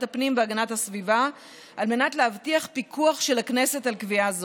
הפנים והגנת הסביבה על מנת להבטיח פיקוח של הכנסת על קביעה זו.